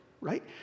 right